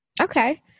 Okay